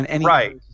Right